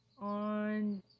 on